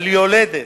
על יולדת,